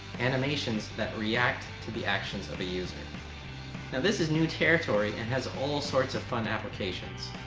animations that react to the actions of the user. now this is new territory and has all sorts of fun applications.